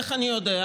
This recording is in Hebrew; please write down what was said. איך אני יודע?